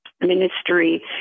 ministry